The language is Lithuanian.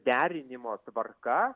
derinimo tvarka